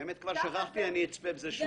האמת שכבר שכחתי, אני אצפה בזה שוב.